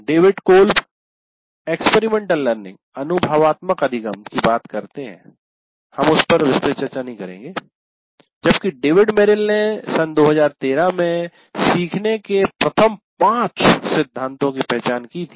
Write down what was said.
David Kolb अनुभवात्मक अधिगम की बात करते हैं हम उस पर विस्तृत चर्चा नहीं करेंगे जबकि डेविड मेरिल ने 2013 में सीखने के प्रथम पांच सिद्धांतों की पहचान की थी